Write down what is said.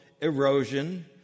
erosion